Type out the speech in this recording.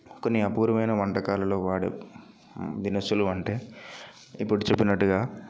కొన్ని అపూర్వమైన వంటకాలలో వాడే దినుసులు అంటే ఇప్పుడు చెప్పినట్టుగా